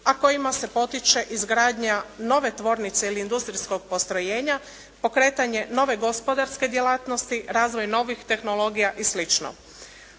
a kojima se potiče izgradnja nove tvornice ili industrijskog postrojenja, pokretanje nove gospodarske djelatnosti, razvoj novih tehnologija i